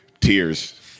tears